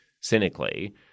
cynically